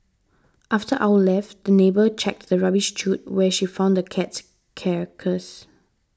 after our left the neighbour checked the rubbish chute where she found the cat's carcass